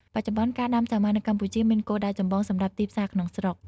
បច្ចុប្បន្នការដាំសាវម៉ាវនៅកម្ពុជាមានគោលដៅចម្បងសម្រាប់ទីផ្សារក្នុងស្រុក។